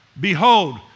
Behold